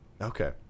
Okay